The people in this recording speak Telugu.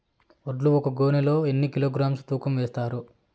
వడ్లు ఒక గోనె లో ఎన్ని కిలోగ్రామ్స్ తూకం వేస్తారు?